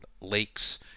lakes